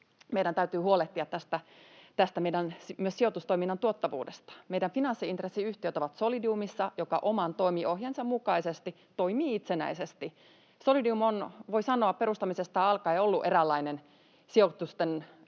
meidän täytyy huolehtia myös meidän sijoitustoiminnan tuottavuudesta. Meidän finanssi-intressiyhtiöt ovat Solidiumissa, joka oman toimiohjeensa mukaisesti toimii itsenäisesti. Solidium on, voi sanoa, perustamisestaan alkaen ollut eräänlainen sijoitusten